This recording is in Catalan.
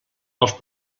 els